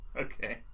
Okay